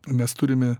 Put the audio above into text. mes turime